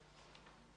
(2)